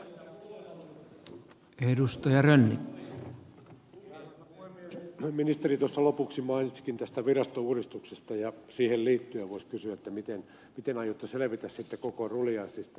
ministeri tuossa lopuksi mainitsikin tästä virastouudistuksesta ja siihen liittyen voisi kysyä miten aiotte selvitä koko ruljanssista